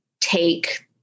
take